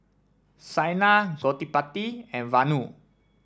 Saina Gottipati and Vanu